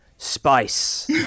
spice